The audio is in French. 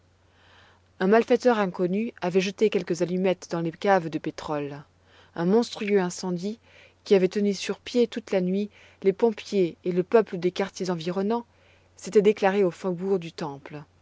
un malfaiteur inconnu avait jeté quelques allumettes dans les caves de pétrole un monstrueux incendie qui avait tenu sur pied toute la nuit les pompiers et le peuple des quartiers environnants s'était déclaré au faubourg du temple